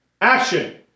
action